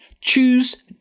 Choose